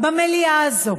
במליאה הזו,